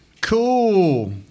Cool